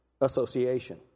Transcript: association